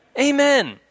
amen